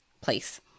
place